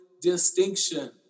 distinction